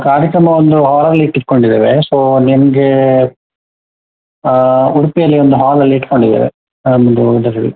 ಕಾರ್ಯಕ್ರಮ ಒಂದು ಹಾಲಲ್ಲಿ ಇಟ್ಟುಕೊಂಡಿದ್ದೇವೆ ಸೊ ನಿಮಗೆ ಉಡುಪಿಯಲ್ಲಿ ಒಂದು ಹಾಲಲ್ಲಿ ಇಟ್ಟುಕೊಂಡಿದ್ದೇವೆ ಒಂದು ಇದರಲ್ಲಿ